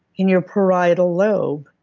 in your parietal lobe.